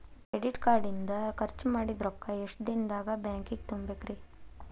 Credit card ಇಂದ್ ಖರ್ಚ್ ಮಾಡಿದ್ ರೊಕ್ಕಾ ಎಷ್ಟ ದಿನದಾಗ್ ಬ್ಯಾಂಕಿಗೆ ತುಂಬೇಕ್ರಿ?